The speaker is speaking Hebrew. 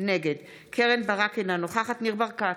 נגד קרן ברק, אינה נוכחת ניר ברקת,